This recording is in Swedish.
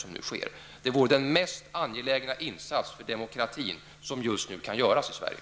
Att stoppa denna verksamhet är den mest angelägna insats för demokratin som just nu kan göras i Sverige.